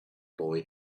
boy